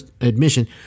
admission